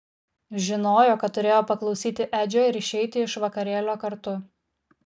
žinojo kad turėjo paklausyti edžio ir išeiti iš vakarėlio kartu